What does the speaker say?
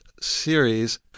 series